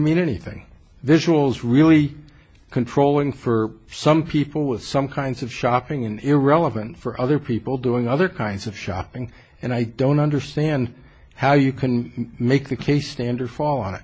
mean anything visuals really controlling for some people with some kinds of shopping in irrelevant for other people doing other kinds of shopping and i don't understand how you can make the case standard fa